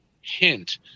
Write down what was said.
hint